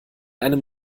einem